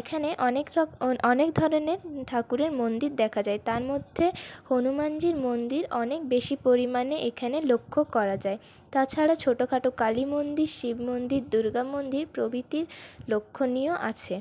এখানে অনেকরকম অনেকধরনের ঠাকুরের মন্দির দেখা যায় তার মধ্যে হনুমানজির মন্দির অনেক বেশী পরিমাণে এখানে লক্ষ্য করা যায় তাছাড়া ছোটো খাটো কালীমন্দির শিবমন্দির দুর্গামন্দির প্রভৃতি লক্ষণীয় আছে